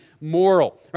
moral